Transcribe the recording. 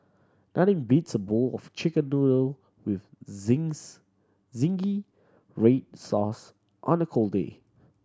nothing beats a bowl of Chicken Noodle with zingy red sauce on a cold day